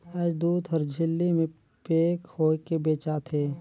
आयज दूद हर झिल्ली में पेक होयके बेचा थे